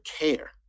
care